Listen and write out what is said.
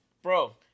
Bro